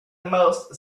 most